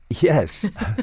Yes